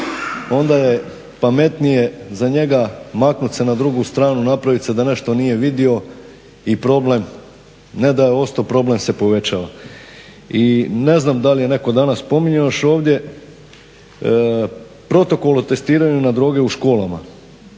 onda je pametnije za njega maknut se na drugu stranu, napravit se da nešto nije vidio i problem ne da je ostao, problem se povećava. I ne znam da li je netko danas spominjao još ovdje, protokol o testiranju na droge u školama